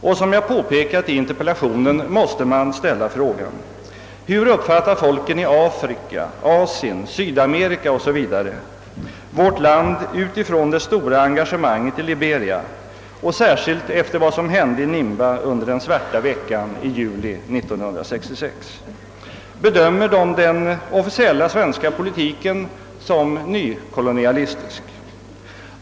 Och som jag påpekat i interpellationen måste man ställa frågan: Hur uppfattar folken i Afrika, Asien, Sydamerika 0. s. v. vårt land utifrån det stora engagemanget i Liberia och särskilt efter vad som hände i Nimba under »den svarta veckan» i juli 1966? Bedömer de den officiella svenska politiken som nykolonialistisk?